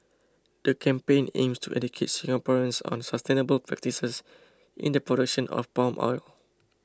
the campaign aims to educate Singaporeans on sustainable practices in the production of palm oil